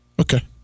okay